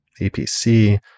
APC